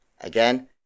Again